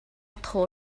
thaw